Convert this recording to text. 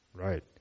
Right